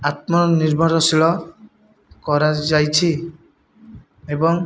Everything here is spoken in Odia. ଆତ୍ମନିର୍ଭରଶୀଳ କରାଯାଇଛି ଏବଂ